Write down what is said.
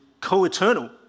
co-eternal